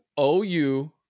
OU